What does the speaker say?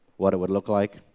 what it would look like?